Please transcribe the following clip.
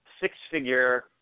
six-figure –